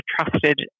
trusted